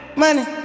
money